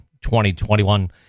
2021